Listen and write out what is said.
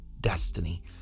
destiny